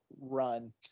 Run